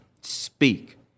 speak